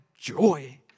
joy